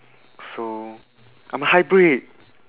so I'm a hybrid